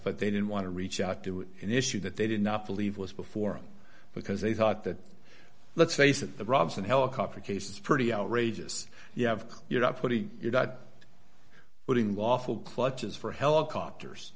but they didn't want to reach out to an issue that they did not believe was before because they thought that let's face it the bribes and helicopter cases pretty outrageous you have your property you're not putting lawful clutches for helicopters